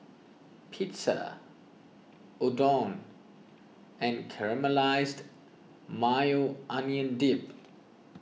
Pizza Udon and Caramelized Maui Onion Dip